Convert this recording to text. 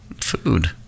Food